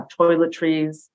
toiletries